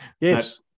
Yes